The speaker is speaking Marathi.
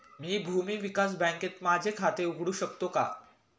मी भूमी विकास बँकेत माझे खाते उघडू शकतो का?